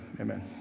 Amen